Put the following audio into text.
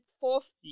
fourth